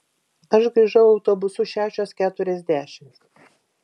aš grįžau autobusu šešios keturiasdešimt